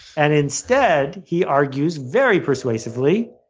and instead, he argues very persuasively,